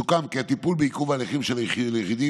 סוכם כי הטיפול בעיכוב הליכים של יחידים